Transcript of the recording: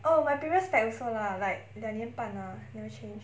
oh my previous specs also lah like 两年半 lah no change